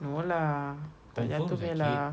no lah tak jatuh punya lah